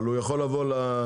אבל הוא יכול לבוא בעצם,